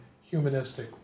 humanistic